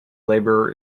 labour